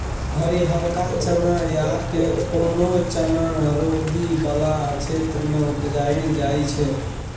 हरियरका चना या कोनो चना रौदी बला क्षेत्र मे उपजाएल जाइ छै